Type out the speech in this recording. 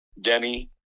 Denny